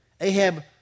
Ahab